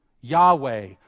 Yahweh